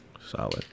Solid